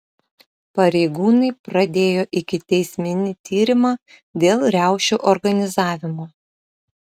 pareigūnai pradėjo ikiteisminį tyrimą dėl riaušių organizavimo